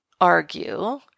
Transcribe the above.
argue